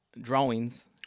drawings